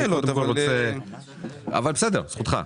בסדר, זכותך.